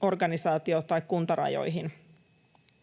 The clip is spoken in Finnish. organisaatio‑ tai kuntarajoihin.